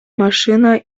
машина